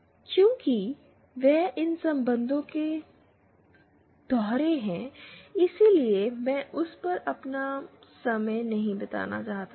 चूंकि वे इन संबंधों के दोहरे हैं इसलिए मैं उस पर अपना समय नहीं बिताना चाहता